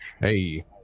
Hey